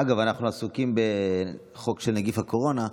אגב, אנחנו עסוקים בחוק של נגיף קורונה.